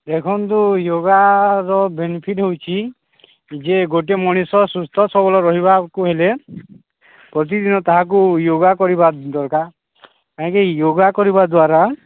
ଦେଖନ୍ତୁ ୟୋଗାର ବେନିଫିଟ୍ ହେଉଛି ଯେ ଗୋଟେ ମଣିଷ ସୁସ୍ଥ ସବଳ ରହିବାକୁ ହେଲେ ପ୍ରତିଦିନ ତାହାକୁ ୟୋଗା କରିବା ଦରକାର କାହିଁକି ୟୋଗା କରିବା ଦ୍ୱାରା